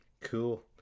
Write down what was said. Cool